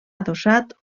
adossat